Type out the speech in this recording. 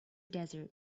desert